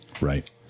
Right